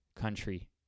country